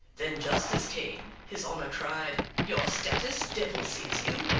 then justice came. his honor cried your status devil seize you!